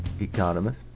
Economist